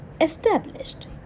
established